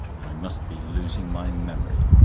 i must be losing my memory.